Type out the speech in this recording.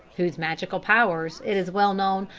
whose magical powers, it is well known,